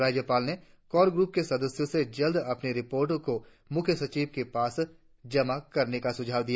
राज्यपाल ने core group के सदस्यों से जल्द अपनी रिपोर्ट को मुख्य सचिव के पास जमा करने का सुझाव दिया